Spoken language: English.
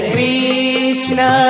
Krishna